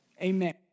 Amen